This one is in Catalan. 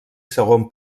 segon